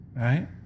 right